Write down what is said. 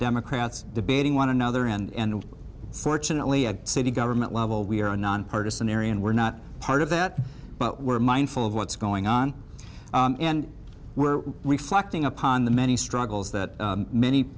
democrats debating one another and fortunately a city government level we are a nonpartizan area and we're not part of that but we're mindful of what's going on and we're reflecting upon the many struggles that many